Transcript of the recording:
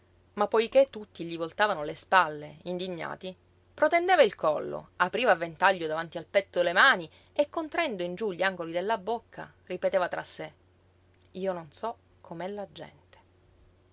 ma poiché tutti gli voltavano le spalle indignati protendeva il collo apriva a ventaglio davanti al petto le mani e contraendo in giú gli angoli della bocca ripeteva tra sé io non so com'è la gente